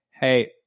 hey